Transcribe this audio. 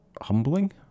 humbling